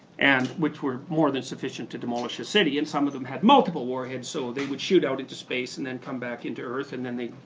and which were more than sufficient to demolish a city and some of them had multiple warheads, so they would shoot out into space and then come back into earth and then they